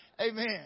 Amen